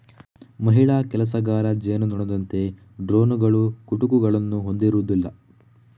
ಮಹಿಳಾ ಕೆಲಸಗಾರ ಜೇನುನೊಣದಂತೆ ಡ್ರೋನುಗಳು ಕುಟುಕುಗಳನ್ನು ಹೊಂದಿರುವುದಿಲ್ಲ